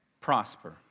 prosper